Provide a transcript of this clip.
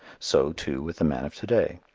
so, too, with the man of to-day.